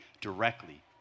directly